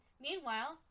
meanwhile